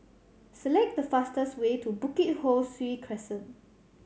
select the fastest way to Bukit Ho Swee Crescent